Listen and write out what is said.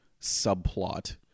subplot